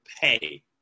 pay